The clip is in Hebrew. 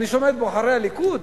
אני שומע את בוחרי הליכוד,